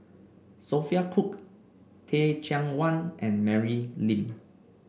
Sophia Cooke Teh Cheang Wan and Mary Lim